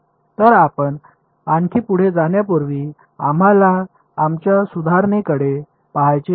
तर आपण आणखी पुढे जाण्यापूर्वी आम्हाला आमच्या सुधारणेकडे पाहायचे आहे